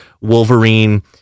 Wolverine